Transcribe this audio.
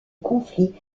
conflit